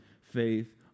faith